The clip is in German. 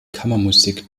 kammermusik